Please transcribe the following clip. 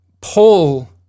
Paul